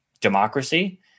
democracy